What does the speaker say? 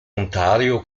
ontario